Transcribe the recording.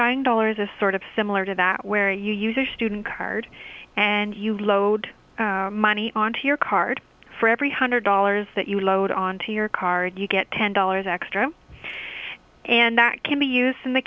dying dollars is sort of similar to that where you use your student card and you load money onto your card for every hundred dollars that you load onto your card you get ten dollars extra and that can be used in the